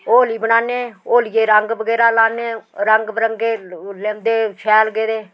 होली बनान्ने होलिये गी रंग बगैरा लान्ने रंग बरंगे ओह् लेओंदे शैल गेदे